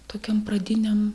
tokiam pradiniam